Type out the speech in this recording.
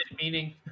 meaning